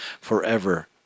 forever